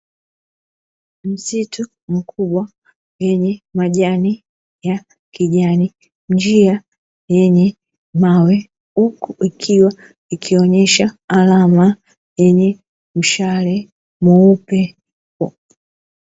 Msitu mkubwa wenye majani ya kijani, njia yenye mawe huku ikionyesha alama yenye mshale mweupe.